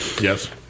Yes